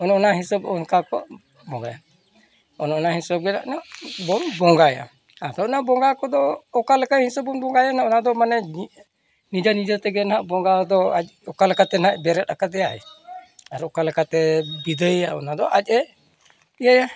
ᱚᱱᱮ ᱚᱱᱟ ᱦᱤᱥᱟᱹᱵ ᱚᱱᱠᱟ ᱠᱚ ᱵᱚᱸᱜᱟᱭᱟ ᱚᱱᱮ ᱚᱱᱟ ᱦᱤᱥᱟᱹᱵ ᱜᱮ ᱢᱟᱱᱮ ᱵᱚᱸᱜᱟᱭᱟ ᱟᱫᱚ ᱚᱱᱟ ᱵᱚᱸᱜᱟ ᱠᱚᱫᱚ ᱚᱠᱟ ᱞᱮᱠᱟ ᱦᱤᱥᱟᱹᱵ ᱵᱚᱱ ᱵᱚᱸᱜᱟᱭᱟ ᱦᱟᱸᱜ ᱚᱱᱟᱫᱚ ᱢᱟᱱᱮ ᱱᱤᱡᱮ ᱱᱤᱡᱮ ᱛᱮᱜᱮ ᱦᱟᱸᱜ ᱵᱚᱸᱜᱟ ᱫᱚ ᱟᱡ ᱚᱠᱟ ᱞᱮᱠᱟᱛᱮ ᱦᱟᱸᱜ ᱵᱮᱨᱮᱫ ᱠᱟᱫᱮᱭᱟᱭ ᱟᱨ ᱚᱠᱟ ᱞᱮᱠᱟᱛᱮ ᱵᱤᱫᱟᱹᱭᱮᱭᱟ ᱚᱱᱟ ᱫᱚ ᱟᱡ ᱮ ᱤᱭᱟᱹᱭᱟ